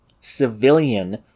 civilian